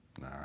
nah